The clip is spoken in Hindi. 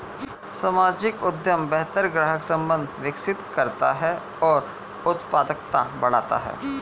सामाजिक उद्यम बेहतर ग्राहक संबंध विकसित करता है और उत्पादकता बढ़ाता है